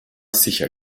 sicher